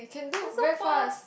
that's so fast